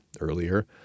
earlier